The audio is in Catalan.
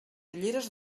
ulleres